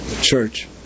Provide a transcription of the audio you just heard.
church